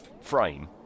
frame